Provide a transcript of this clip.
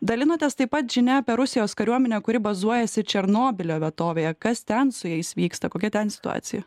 dalinotės taip pat žinia apie rusijos kariuomenę kuri bazuojasi černobylio vietovėje kas ten su jais vyksta kokia ten situacija